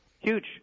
Huge